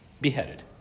beheaded